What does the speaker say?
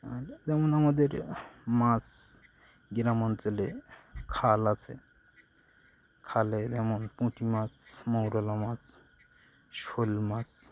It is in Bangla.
আর যেমন আমাদের মাছ গ্রাম অঞ্চলে খাল আছে খালে যেমন পুঁটি মাছ মৌরলা মাছ শোল মাছ